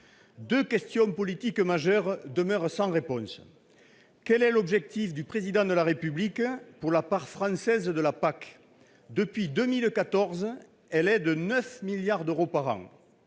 Deux questions politiques essentielles demeurent sans réponse. Tout d'abord, quel est l'objectif du Président de la République pour la part française de la PAC ? Depuis 2014, celle-ci est de 9 milliards d'euros par an.